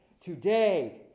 today